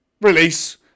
Release